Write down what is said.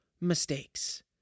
mistakes